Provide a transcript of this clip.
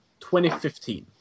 2015